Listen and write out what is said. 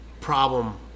problem